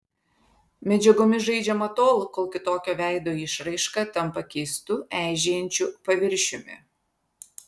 medžiagomis žaidžiama tol kol kitokio veido išraiška tampa keistu eižėjančiu paviršiumi